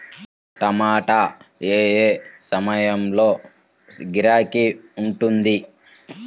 టమాటా ఏ ఏ సమయంలో గిరాకీ ఉంటుంది?